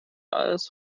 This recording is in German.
als